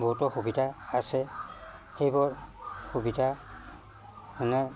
বহুতো সুবিধা আছে সেইবোৰ সুবিধা মানে